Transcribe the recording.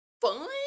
fun